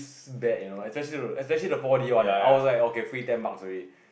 is bad you know especially especially the four-D one eh I was like okay free ten bucks already